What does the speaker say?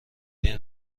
این